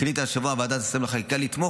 החליטה השבוע ועדת השרים לענייני חקיקה לתמוך